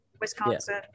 Wisconsin